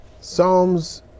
Psalms